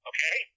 Okay